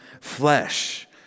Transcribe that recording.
flesh